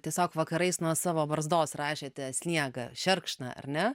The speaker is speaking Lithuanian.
tiesiog vakarais nuo savo barzdos rašėte sniegą šerkšną ar ne